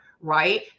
right